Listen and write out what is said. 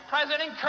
President